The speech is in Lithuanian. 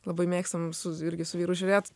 labai mėgstam su irgi su vyru žiūrėt